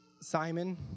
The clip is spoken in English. Simon